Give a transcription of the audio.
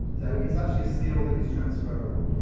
so it's actually a skill that is transferable.